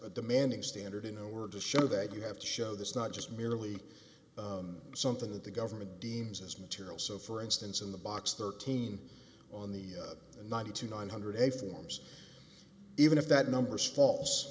a demanding standard in a word to show that you have to show this not just merely something that the government deems as material so for instance in the box thirteen on the ninety two nine hundred eighty forms even if that number is false